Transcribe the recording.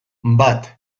bat